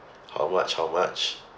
how much how much